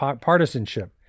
partisanship